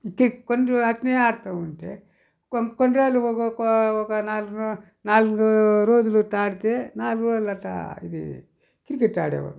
ఇక కొన్ని రోజులు అట్నే ఆడుతూ ఉంటే కొన్ని రోజులు ఒకొక ఒక నాలుగు నాలుగు రోజులు ఇలా ఆడితే నాలుగు రోజులు అట్ట ఇది క్రికెట్ ఆడేవాళ్ళం